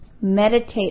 Meditate